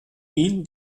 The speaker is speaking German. ihn